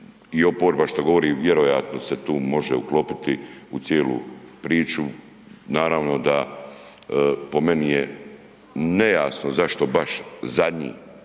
i oporba što govori, vjerojatno se tu može uklopiti u cijelu priču, naravno da po meni je nejasno zašto baš zadnji